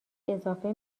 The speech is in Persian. اضافه